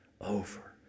over